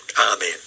Amen